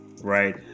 right